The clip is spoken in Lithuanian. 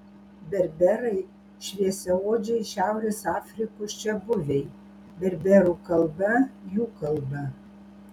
berberai šviesiaodžiai šiaurės afrikos čiabuviai berberų kalba jų kalba